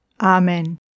Amen